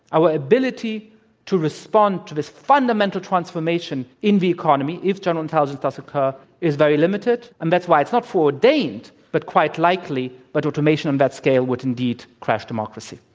our ability to respond to this fundamental transformation in the economy if general intelligence does occur is very limited. and that's why it's not foreordained but quite likely that but automation on that scale would indeed crash democracy.